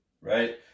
Right